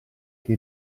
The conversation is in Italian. che